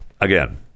Again